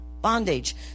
bondage